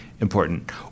important